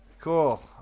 Cool